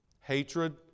Hatred